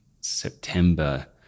September